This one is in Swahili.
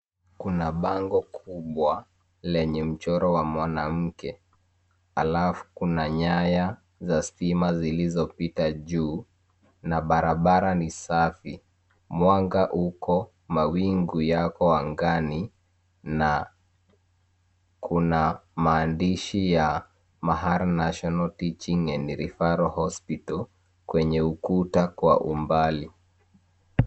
Kuna bango kubwa lenye mchoro wa mwanamke halafu kuna nyaya za stima zilizopita juu na barabara ni safi. Mwanga uko mawingu yako angani na kuna maandishi ya Mahar National Teaching and Referral Hospital kwenye ukuta kwa umbali.